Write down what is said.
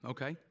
Okay